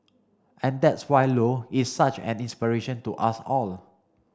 and that's why Low is such an inspiration to us all